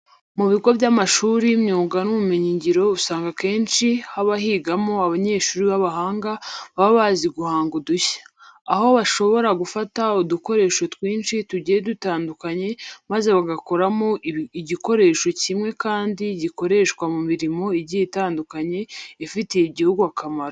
Mu bigo by'amashuri y'imyuga n'ubumenyingiro usanga akenshi haba higamo abanyeshuri b'abahanga baba bazi guhanga udushya, aho bashobora gufata udukoresho twinshi tugiye dutandukanye maze bagakoramo igikoresho kimwe kandi gikoreshwa mu mirimo igiye itandukanye ifitiye igihugu akamaro.